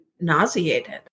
nauseated